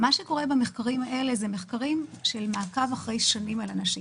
המחקרים האלה הם של מעקב במשך שנים אחרי אנשים.